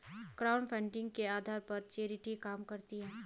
crowdfunding के आधार पर चैरिटी काम करती है